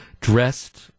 dressed